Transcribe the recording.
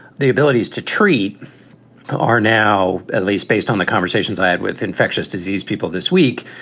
the abilities to treat are now at least based on the conversations i had with infectious disease people this week.